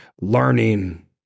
learning